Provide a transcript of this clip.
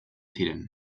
ziren